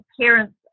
parents